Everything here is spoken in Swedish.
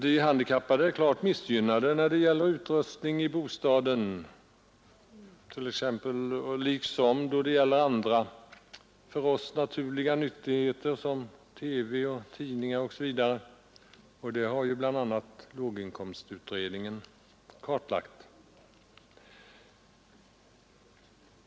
De handikappade är klart missgynnade när det gäller utrustningen i bostaden liksom då det gäller andra för oss övriga naturliga nyttigheter som TV, tidningar osv. Det har bland annat låginkomstutredningen fastslagit.